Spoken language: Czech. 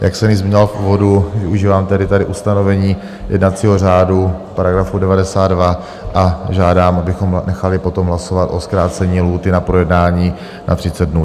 Jak jsem již zmiňoval v úvodu, využívám tedy tady ustanovení jednacího řádu § 92 a žádám, abychom nechali potom hlasovat o zkrácení lhůty na projednání na 30 dnů.